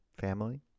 family